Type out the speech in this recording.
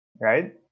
right